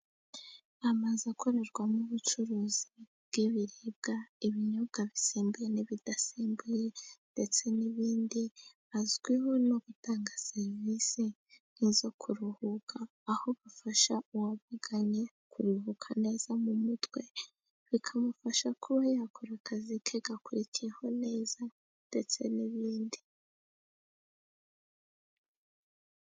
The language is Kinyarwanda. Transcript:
Amazu akorerwamo ubucuruzi bw'ibiribwa, ibinyobwa bisembuye n'ibidasembuye, ndetse n'ibindi. Azwiho no gutanga serivisi nk'izo kuruhuka, aho bafasha uwavuganye kuruhuka neza mu mutwe, bikamufasha kuba yakora akazi ke gakurikiyeho neza, ndetse n'ibindi.